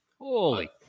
Holy